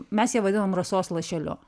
mes ją vadinom rasos lašeliu